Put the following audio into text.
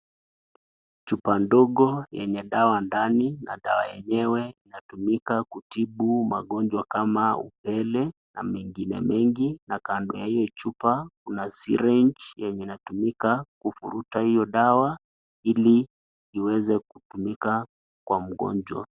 Chupa ndogo yenye dawa ndani na dawa yenyewe inatumika kutibu magonjwa kama upele na mengine mengi na kando ya hio chupa kuna syringe yenye inatumika kuvuruta hiyo dawa ili iweze kutumika kwa mgonjwa.